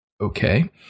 Okay